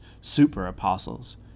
super-apostles